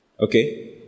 Okay